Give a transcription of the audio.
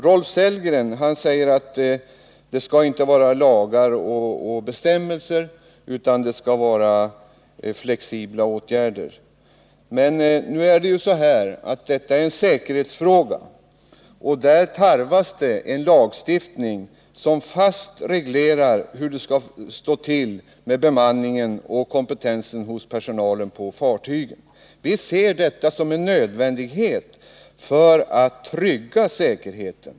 Rolf Sellgren säger att det inte skall vara lagar och bestämmelser utan flexibla åtgärder. Men detta är ju en säkerhetsfråga, och där tarvas en lagstiftning som fast reglerar hur det skall stå till med bemanningen och kompetensen hos personalen på fartygen. Vi ser det som nödvändigt för att trygga säkerheten.